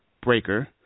Breaker